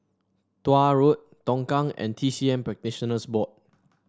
Tuah Road Tongkang and T C M Practitioners Board